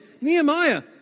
Nehemiah